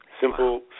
Simple